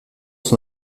son